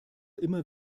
immer